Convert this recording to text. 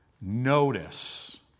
Notice